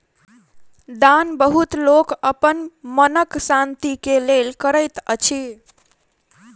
दान बहुत लोक अपन मनक शान्ति के लेल करैत अछि